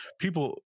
people